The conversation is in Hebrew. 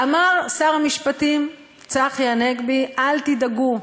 אמר שר המשפטים צחי הנגבי: אל תדאגו,